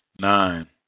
nine